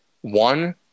one –